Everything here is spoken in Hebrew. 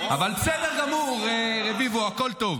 אבל בסדר גמור, רביבו, הכול טוב.